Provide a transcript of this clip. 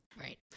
Right